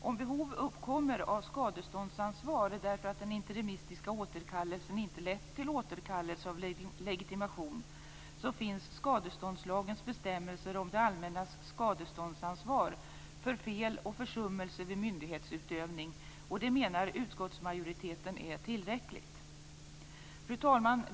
Om behov uppkommer av skadeståndsansvar därför att den interimistiska återkallelsen inte lett till återkallelse av legitimation finns skadeståndslagens bestämmelser om det allmännas skadeståndsansvar för fel och försummelse vid myndighetsutövning, och det menar utskottsmajoriteten är tillräckligt. Fru talman!